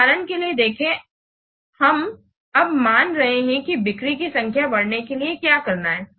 उदाहरण के लिए देखें हम अब मान रहे हैं कि बिक्री की संख्या बढ़ाने के लिए क्या करना है